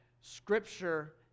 Scripture